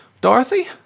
Dorothy